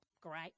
great